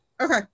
Okay